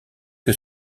que